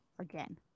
again